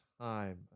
time